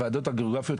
הוועדות הגיאוגרפיות,